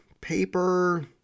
paper